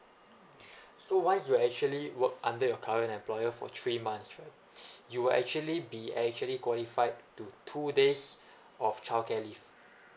so once you actually work under your current employer for three months right you will actually be actually qualified to two days of childcare leave